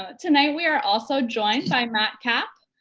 tonight we are also joined by matt kapp.